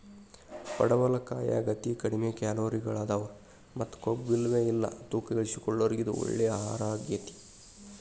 ಪಡವಲಕಾಯಾಗ ಅತಿ ಕಡಿಮಿ ಕ್ಯಾಲೋರಿಗಳದಾವ ಮತ್ತ ಕೊಬ್ಬುಇಲ್ಲವೇ ಇಲ್ಲ ತೂಕ ಇಳಿಸಿಕೊಳ್ಳೋರಿಗೆ ಇದು ಒಳ್ಳೆ ಆಹಾರಗೇತಿ